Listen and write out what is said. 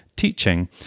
teaching